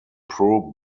pro